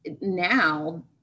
now